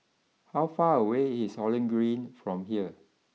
how far away is Holland Green from here